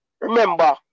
Remember